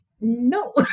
no